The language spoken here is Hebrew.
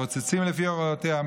מתרוצצים לפי הוראותיה,